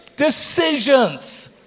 Decisions